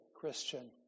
Christian